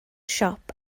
siop